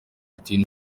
putin